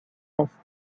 est